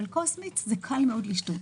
אבל כוס מיץ קל מאוד לשתות.